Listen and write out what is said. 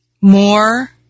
more